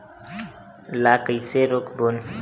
ला कइसे रोक बोन?